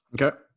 okay